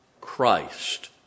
Christ